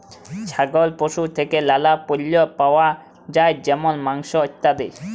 ছাগল পশু থেক্যে লালা পল্য পাওয়া যায় যেমল মাংস, ইত্যাদি